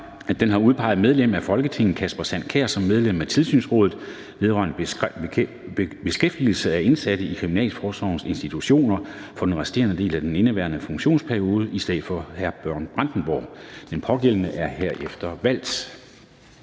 den har udpeget medlem af Folketinget Kasper Sand Kjær som medlem af Tilsynsrådet vedrørende beskæftigelsen af de indsatte i Kriminalforsorgens institutioner for den resterende del af indeværende funktionsperiode i stedet for Bjørn Brandenborg. Den pågældende er herefter valgt.